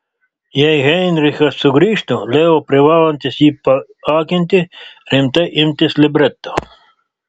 jei heinrichas sugrįžtų leo privalantis jį paakinti rimtai imtis libreto